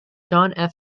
john